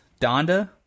Donda